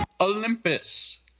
Olympus